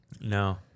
No